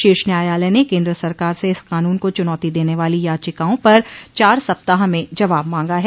शीर्ष न्यायालय ने केन्द्र सरकार से इस कानून को चुनौती देने वाली याचिकाओं पर चार सप्ताह में जवाब मांगा है